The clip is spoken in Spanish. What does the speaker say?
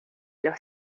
los